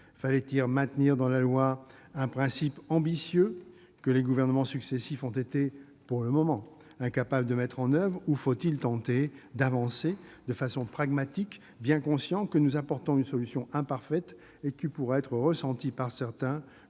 fallait-il maintenir dans la loi un principe ambitieux que les gouvernements successifs ont été, pour le moment, incapables de mettre en oeuvre ou faut-il tenter d'avancer de façon pragmatique, bien conscients que nous apportons une solution imparfaite et qui pourra être ressentie par certains